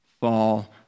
fall